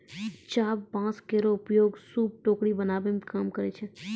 चाभ बांस केरो प्रयोग सूप, टोकरी बनावै मे काम करै छै